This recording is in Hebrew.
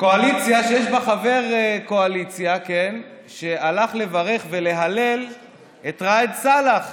קואליציה שיש בה חבר קואליציה שהלך לברך ולהלל את ראאד סלאח.